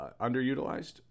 underutilized